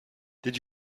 did